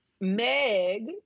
Meg